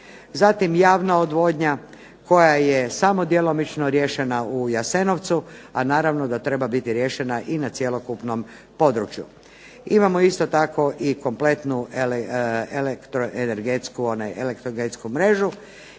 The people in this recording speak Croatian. Zatim javna odvodnja koja je samo djelomično riješena u Jasenovcu, a naravno da treba biti riješena i na cjelokupnom području. Imamo isto tako i kompletnu elektro-energetsku mrežu